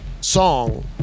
song